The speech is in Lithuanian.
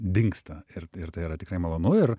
dingsta ir ir tai yra tikrai malonu ir